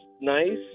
nice